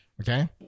Okay